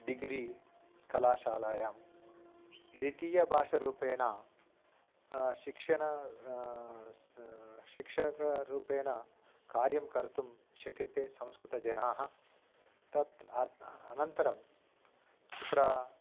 degree कलाशालायां द्वितीयभाषारूपेण शिक्षणं सः शिक्षकरूपेण कार्यं कर्तुं शक्यते संस्कृतजनाः तत् अत् अनन्तरं तत्र